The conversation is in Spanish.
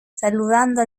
saludando